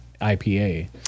IPA